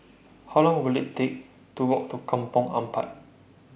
How Long Will IT Take to Walk to Kampong Ampat